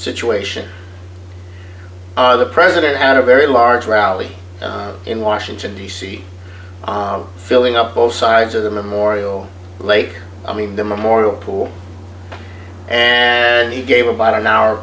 situation the president had a very large rally in washington d c filling up both sides of the memorial lake i mean the memorial pool and he gave about an hour